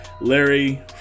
larry